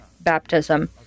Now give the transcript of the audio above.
baptism